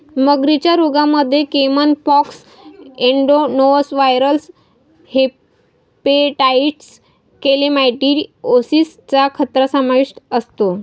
मगरींच्या रोगांमध्ये caiman pox, adenoviral hepatitis, chlamydiosis चा खतरा समाविष्ट असतो